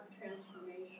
transformation